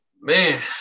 man